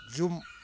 ꯌꯨꯝ